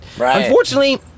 unfortunately